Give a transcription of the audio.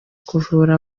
kuvura